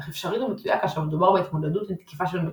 אך אפשרית ומצויה כאשר מדובר בהתמודדות עם תקיפה של מדינה.